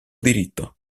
diritto